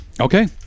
Okay